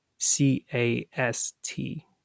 C-A-S-T